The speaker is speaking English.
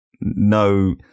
no